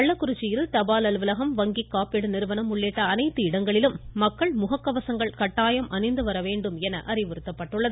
கள்ளக்குறிச்சியில் தபால் அலுவலகம் வங்கி காப்பீடு நிறுவனம் உள்ளிட்ட அனைத்து இடங்களிலும் மக்கள் முகக்கவசங்கள் கட்டாயம் அணிந்து வர அறிவுறுத்தப்பட்டுள்ளது